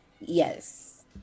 Yes